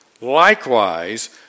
Likewise